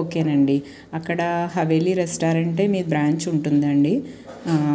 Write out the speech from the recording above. okay నండి అక్కడ Haveli restaurant మీ బ్రాంచ్ ఉంటుందా అండి